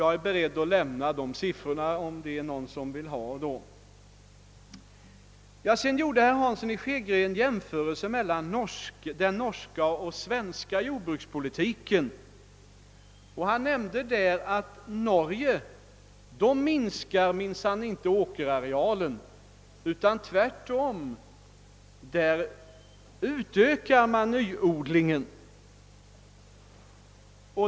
Jag är beredd att lämna de siffrorna om någon önskar det. Vidare gjorde herr Hansson en jämförelse mellan den norska och den svenska jordbrukspolitiken. Han nämnde att i Norge minskar man minsann inte åkerarealen, utan tvärtom utökar man där nyodlingen.